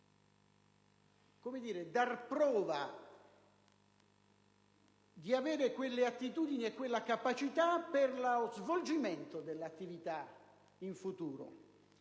si debba dar prova di avere quelle attitudini e quella capacità per lo svolgimento dell'attività in futuro.